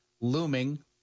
looming